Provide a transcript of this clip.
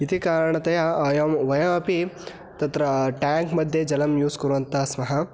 इति कारणतया अयं वयमपि तत्र टेङ्क् मध्ये जलं यूस् कुर्वन्तः स्मः